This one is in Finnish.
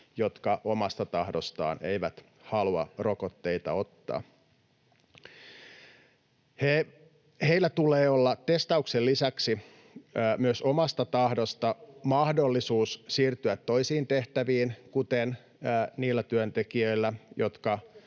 jotka omasta tahdostaan eivät halua rokotteita ottaa. Heillä tulee olla testauksen lisäksi myös omasta tahdosta mahdollisuus siirtyä toisiin tehtäviin kuten niillä työntekijöillä, jotka